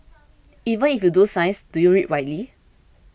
even if you do science do you read widely